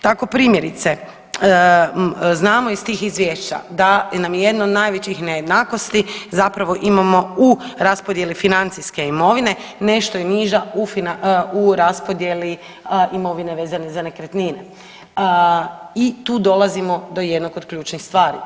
Tako primjerice znamo iz tih izvješća da nam je jedna od najvećih nejednakosti zapravo imamo u raspodjeli financijske imovine nešto i niža u raspodjeli imovine vezane za nekretnine i tu dolazimo do jednog od ključnih stvari.